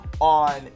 On